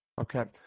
Okay